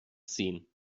ziehen